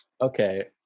okay